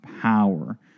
power